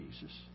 Jesus